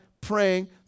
praying